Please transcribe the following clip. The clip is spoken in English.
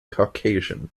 caucasian